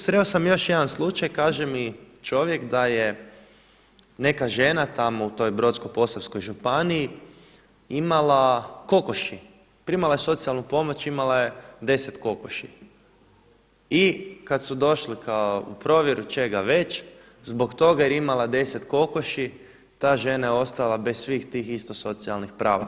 Sreo sam još jedan slučaj kaže mi čovjek da je neka žena u toj Brodsko-posavskoj županiji imala kokoši, primala je socijalnu pomoć i imala je 10 kokoši i kada su došli u provjeru čega već, zbog toga jer je imala 10 kokoši ta žena je ostala bez svih tih isto socijalnih prava.